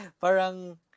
parang